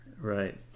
Right